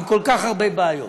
עם כל כך הרבה בעיות.